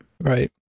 Right